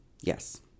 Yes